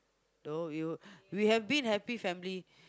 no you we have been happy family